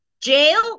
Jail